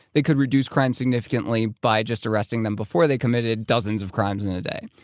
they could reduce crime significantly by just arresting them before they committed dozens of crimes in a day.